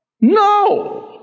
no